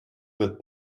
with